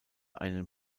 einen